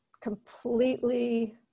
completely